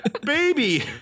Baby